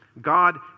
God